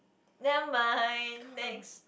never mind next